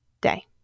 day